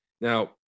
Now